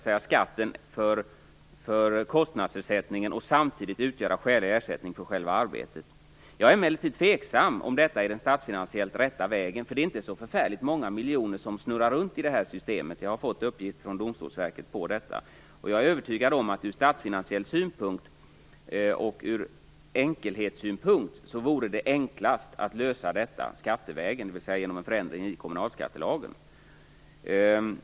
Då skall arvodet täcka skatten för kostnadsersättningen och samtidigt utgöra skälig ersättning för själva arbetet. Jag är emellertid tveksam till att detta statsfinansiellt sett är den rätta vägen. Det är inte så förfärligt många miljoner som snurrar runt i det här systemet, jag har fått uppgift från Domstolsverket om det. Jag är övertygad om att det ur statsfinansiell synpunkt och ur enkelhetssynpunkt vore enklast att lösa detta skattevägen, dvs. genom en förändring i kommunalskattelagen.